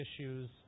issues